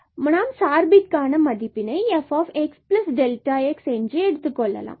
நாம் சார்பிற்க்கான மதிப்பை f xx என இவ்வாறாக எடுத்துக்கொள்ளலாம்